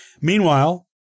Meanwhile